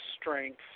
strength